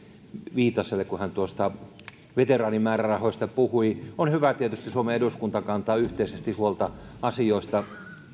viitaselle kun hän veteraanimäärärahoista puhui on hyvä tietysti että suomen eduskunta kantaa yhteisesti huolta asioista